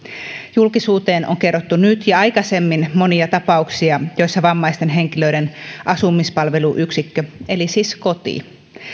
julkisuuteen on kerrottu nyt ja aikaisemmin monia tapauksia joissa vammaisten henkilöiden asumispalveluyksikkö eli koti